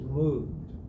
moved